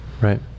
right